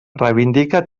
reivindica